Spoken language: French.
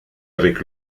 avec